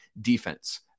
defense